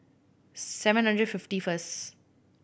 seven hundred fifty first